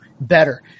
better